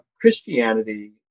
Christianity